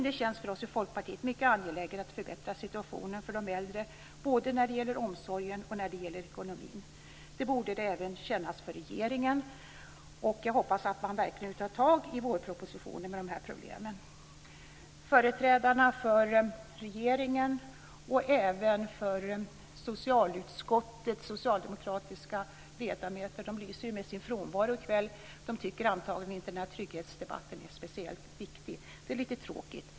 Det känns för oss i Folkpartiet mycket angeläget att förbättra situationen för de äldre både när det gäller omsorgen och när det gäller ekonomin. Det borde det även kännas för regeringen. Jag hoppas att man i vårpropositionen verkligen tar tag i de här problemen. Företrädare för regeringen och för socialutskottet, socialdemokratiska ledamöter, lyser med sin frånvaro i kväll. De tycker antagligen inte att den här trygghetsdebatten är speciellt viktig. Det är lite tråkigt.